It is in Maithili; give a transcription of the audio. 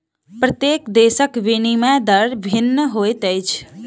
प्रत्येक देशक विनिमय दर भिन्न होइत अछि